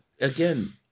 again